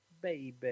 baby